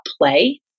play